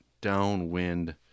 downwind